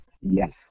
Yes